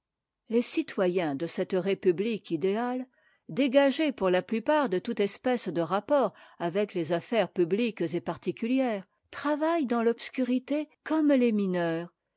les citoyens de cette république idéale dégagés pour la plupart de toute espèce de rapports avec tes affaires publiques et particulières travaillent dans l'obscurité comme les mineurs